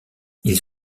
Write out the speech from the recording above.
ils